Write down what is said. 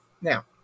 Now